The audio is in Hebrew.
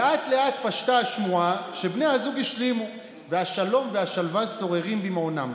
לאט-לאט פשטה השמועה שבני הזוג השלימו והשלום והשלווה שוררים במעונם.